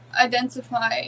identify